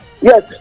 yes